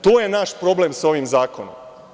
To je naš problem sa ovim zakonom.